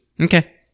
Okay